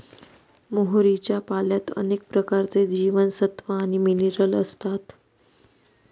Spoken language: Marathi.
मोहरीच्या पाल्यात अनेक प्रकारचे जीवनसत्व आणि मिनरल असतात